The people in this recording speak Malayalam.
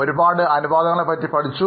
ഒരുപാട് അനുപാതങ്ങളെ പറ്റി പഠിച്ചു